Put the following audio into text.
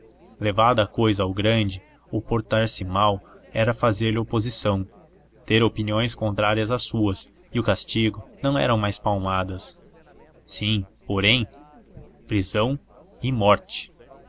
levada a cousa ao grande o portar se mal era fazer-lhe oposição ter opiniões contrárias às suas e o castigo não eram mais palmadas sim porém prisão e morte